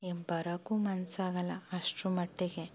ಇನ್ನು ಬರೋಕ್ಕೂ ಮನಸ್ಸಾಗಲ್ಲ ಅಷ್ಟ್ರ ಮಟ್ಟಿಗೆ